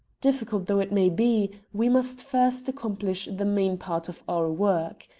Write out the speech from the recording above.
difficult though it may be, we must first accomplish the main part of our work.